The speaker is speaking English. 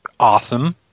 awesome